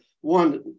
one